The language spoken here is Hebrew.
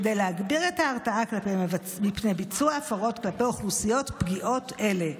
כדי להגביר את ההרתעה מפני ביצוע הפרות כלפי אוכלוסיות פגיעות אלה.